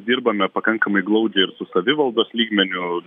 dirbame pakankamai glaudžiai ir su savivaldos lygmeniu